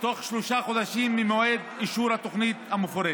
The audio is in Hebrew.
תוך שלושה חודשים ממועד אישור התוכנית המפורטת.